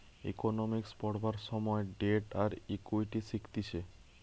economics পড়বার সময় debt আর ইকুইটি শিখতিছে